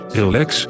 relax